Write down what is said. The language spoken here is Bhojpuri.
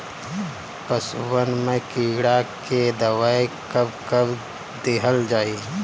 पशुअन मैं कीड़ा के दवाई कब कब दिहल जाई?